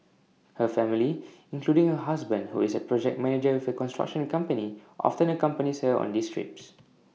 her family including her husband who is A project manager with A construction company often accompanies her on these trips